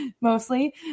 mostly